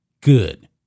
good